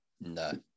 No